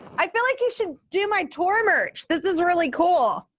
i feel like you should do my tour merch, this is really cool.